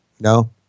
No